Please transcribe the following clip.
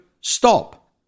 stop